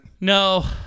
No